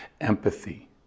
empathy